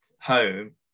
home